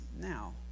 now